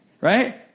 Right